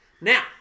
Now